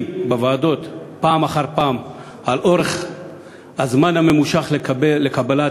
בוועדות פעם אחר פעם בזמן הממושך הנדרש לקבלת